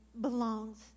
belongs